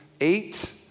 eight